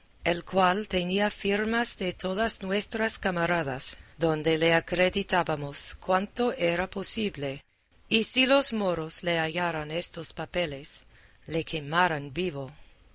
el cual tenía firmas de todas nuestras camaradas donde le acreditábamos cuanto era posible y si los moros le hallaran estos papeles le quemaran vivo